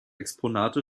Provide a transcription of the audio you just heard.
exponate